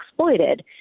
exploited